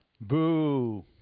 boo